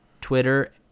Twitter